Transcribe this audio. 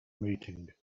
meeting